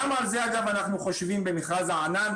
גם על זה, אגב, אנחנו חושבים במכרז הענן.